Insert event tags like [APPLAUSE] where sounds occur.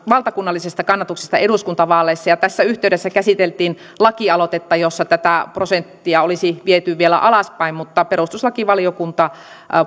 [UNINTELLIGIBLE] valtakunnallisesta kannatuksesta eduskuntavaaleissa ja tässä yhteydessä käsiteltiin lakialoitetta jossa tätä prosenttia oli viety vielä alaspäin mutta perustuslakivaliokunta